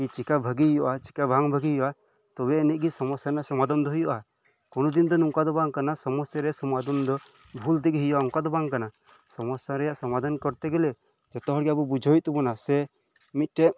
ᱡᱮ ᱪᱤᱠᱟ ᱵᱷᱟᱜᱤ ᱦᱳᱭᱳᱜᱼᱟ ᱪᱤᱠᱟ ᱵᱟᱝ ᱵᱷᱟᱜᱮ ᱦᱳᱭᱳᱜᱼᱟ ᱛᱚᱵᱮᱭᱟᱱᱤᱡ ᱜᱮ ᱥᱚᱢᱚᱥᱥᱟ ᱨᱮᱱᱟᱜ ᱥᱚᱢᱟᱫᱷᱟᱱ ᱫᱚ ᱦᱳᱭᱳᱜᱼᱟ ᱠᱳᱱᱳ ᱫᱤᱱ ᱫᱚ ᱱᱚᱝᱠᱟ ᱫᱚ ᱵᱟᱝ ᱠᱟᱱᱟ ᱥᱚᱢᱚᱥᱥᱟ ᱨᱮᱭᱟᱜ ᱥᱚᱢᱟᱫᱷᱟᱱ ᱫᱚ ᱵᱷᱩᱞ ᱛᱮᱜᱮ ᱦᱳᱭᱳᱜᱼᱟ ᱚᱝᱠᱟ ᱫᱚ ᱵᱟᱝ ᱠᱟᱱᱟ ᱥᱚᱢᱚᱥᱥᱟ ᱨᱮᱭᱟᱜ ᱥᱚᱢᱟᱫᱷᱟᱱ ᱠᱚᱨᱛᱮ ᱜᱮᱞᱮ ᱡᱷᱚᱛᱚ ᱦᱚᱲ ᱜᱮ ᱟᱵᱚ ᱵᱩᱡᱷᱟᱹᱣ ᱦᱳᱭᱳᱜ ᱛᱟᱵᱚᱱᱟ ᱥᱮ ᱢᱤᱫ ᱴᱮᱱ